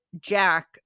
Jack